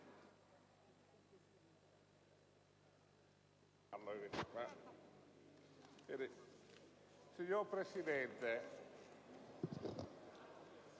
Signora Presidente,